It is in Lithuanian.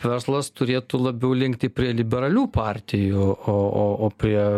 verslas turėtų labiau linkti prie liberalių partijų o o o prie